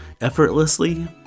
effortlessly